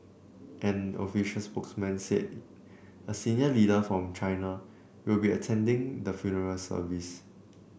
an official spokesman said a senior leader from China will be attending the funeral service